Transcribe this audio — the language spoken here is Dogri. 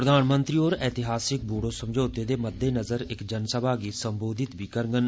प्रधानमंत्री होर एतिहासिक बोड़ो समझौते दे मद्देनजर इक जनसभा गी सम्बोधित बी करगंन